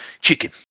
chicken